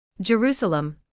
Jerusalem